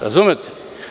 Razumete?